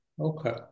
Okay